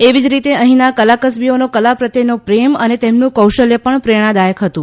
એવી જ રીતે અહીંના કલાકસબીઓનો કલા પ્રત્યેનો પ્રેમ અને તેમનું કૌશલ્ય પણ પ્રેરણાદાયક હતું